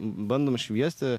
bandom šviesti